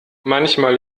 manchmal